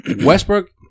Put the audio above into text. Westbrook